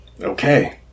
Okay